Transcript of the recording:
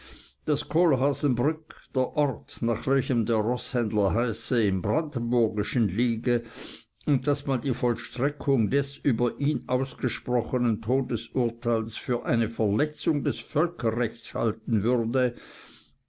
daß kohlhaasenbrück der ort nach welchem der roßhändler heiße im brandenburgischen liege und daß man die vollstreckung des über ihn ausgesprochenen todesurteils für eine verletzung des völkerrechts halten würde